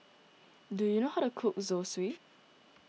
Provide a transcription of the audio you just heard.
do you know how to cook Zosui